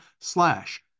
slash